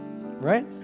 right